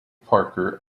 parker